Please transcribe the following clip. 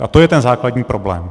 A to je ten základní problém.